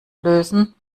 lösen